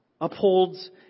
upholds